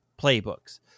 playbooks